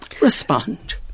respond